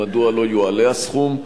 ומדוע לא יועלה הסכום?